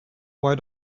why